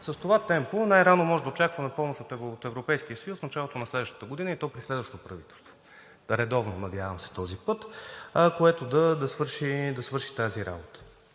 с това темпо, най-рано може да очакваме помощ от Европейския съюз в началото на следващата година, и то при следващо редовно правителство, надявам се, този път, което да свърши тази работа.